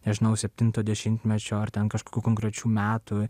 nežinau septinto dešimtmečio ar ten kažkokių konkrečių metų